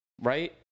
right